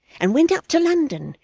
and went up to london,